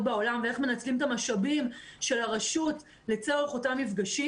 בעולם ואיך מנצלים את המשאבים של הרשות לצורך אותם מפגשים.